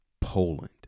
Poland